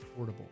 affordable